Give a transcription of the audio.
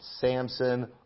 Samson